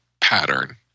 pattern